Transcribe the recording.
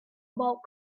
about